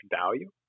value